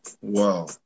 Wow